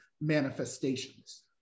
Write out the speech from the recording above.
manifestations